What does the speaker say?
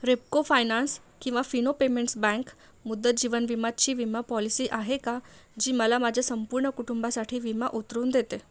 Repco finance किंवा Fino payments bank मुदत जीवनविमाची विमापॉलिसी आहे का जी मला माझ्या संपूर्ण कुटुंबासाठी विमा उतरवून देते